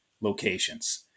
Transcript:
locations